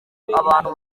abantu